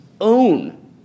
own